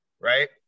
right